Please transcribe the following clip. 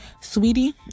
sweetie